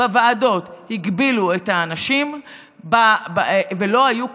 בוועדות הגבילו את האנשים ולא היו כנסים.